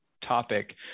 topic